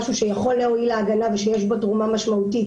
שזה משהו שיכול להועיל להגנה ושיש בו תרומה משמעותית,